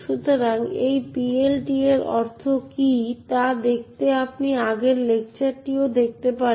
সুতরাং এই PLT এর অর্থ কী তা দেখতে আপনি আগের লেকচারটিও দেখতে পারেন